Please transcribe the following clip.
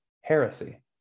heresy